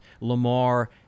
Lamar